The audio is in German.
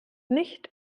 nicht